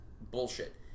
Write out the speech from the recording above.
bullshit